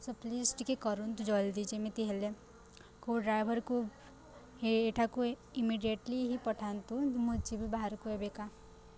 show please ଟିକିଏ କରନ୍ତୁ ଜଲ୍ଦି ଯେମିତି ହେଲେ କେଉଁ ଡ୍ରାଇଭର୍କୁ ଏଠାକୁ ଇମିଡ଼ିଏଟ୍ଲି ହିଁ ପଠାନ୍ତୁ ମୁଁ ଯିବି ବାହାରକୁ ଏବେକା